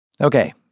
Okay